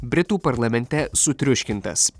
britų parlamente sutriuškintas